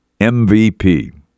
MVP